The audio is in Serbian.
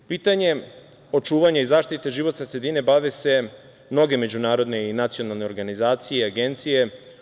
Pitanje očuvanja i zaštite životne sredine bave se mnoge međunarodne i nacionalne organizacije i agencije.